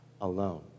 alone